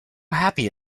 happy